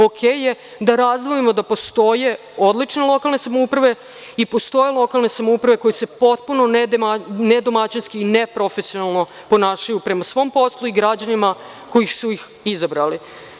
Okej je da razdvojimo da postoje odlične lokalne samouprave i postoje lokalne samouprave koje se potpuno nedomaćinski i neprofesionalno ponašaju prema svom poslu i građanima koji su ih izabrali.